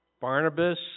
Barnabas